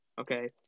Okay